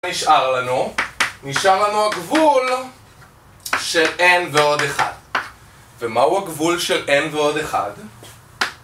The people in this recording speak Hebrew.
מה נשאר לנו? נשאר לנו הגבול של אין ועוד אחד ומהו הגבול של אין ועוד אחד?